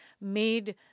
made